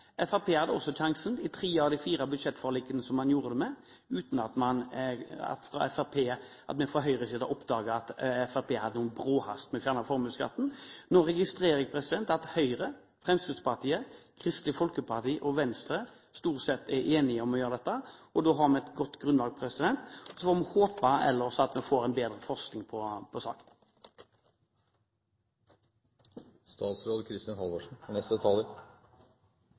Høyre hadde sjansen: Vel, Fremskrittspartiet hadde også sjansen i tre av de fire budsjettforlikene man var med på, uten at vi fra Høyres side oppdaget at Fremskrittspartiet hadde noen bråhast med å fjerne formuesskatten. Nå registrerer jeg at Høyre, Fremskrittspartiet, Kristelig Folkeparti og Venstre stort sett er enige om å gjøre dette. Da har vi et godt grunnlag. Så får vi ellers håpe at vi får en bedre forsking på